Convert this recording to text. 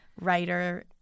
writer